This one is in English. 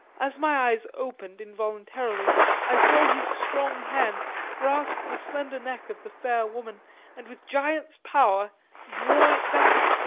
as my eyes opened involuntarily i saw his strong hand grasp the slender neck of the fair woman and with giant's power draw it back,